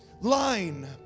line